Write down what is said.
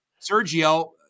Sergio